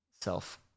self